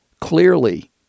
Clearly